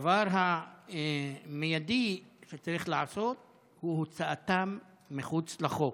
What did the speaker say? הדבר המיידי שצריך לעשות הוא הוצאתם מחוץ לחוק,